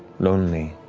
lonely